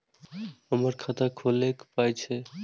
हमर खाता खौलैक पाय छै